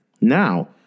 Now